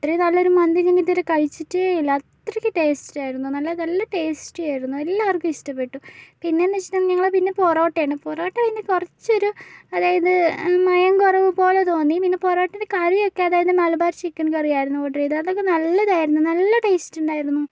ഇത്രെയും നല്ലൊരു മന്തി ഞാനിതുവരെ കഴിച്ചിട്ടേ ഇല്ല അത്രെക്കും ടേസ്റ്റായിരുന്നു നല്ല നല്ല ടേസ്റ്റി ആയിരുന്നു എല്ലാവർക്കും ഇഷ്ടപ്പെട്ടു പിന്നെന്നു വെച്ചിട്ടുണ്ടെങ്കിൽ പിന്നെ പൊറോട്ടയാണ് പൊറോട്ട പിന്നെ കുറച്ചൊരു അതായത് മയം കുറവ് പോലെ തോന്നി പിന്നെ പൊറോട്ടൻ്റെ കറിയൊക്കെ അതായത് മലബാർ ചിക്കൻ കറിയായിരുന്നു ഓർഡർ ചെയ്തേ അതൊക്കെ നല്ലതായിരുന്നു നല്ല ടേസ്റ്റുണ്ടായിരുന്നു